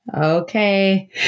okay